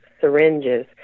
syringes